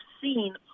seen